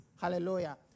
Hallelujah